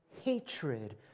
hatred